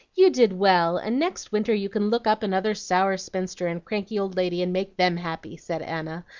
you did well, and next winter you can look up another sour spinster and cranky old lady and make them happy, said anna,